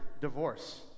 divorce